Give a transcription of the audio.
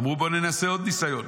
אמרו: ננסה עוד ניסיון,